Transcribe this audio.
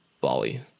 Bali